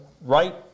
Right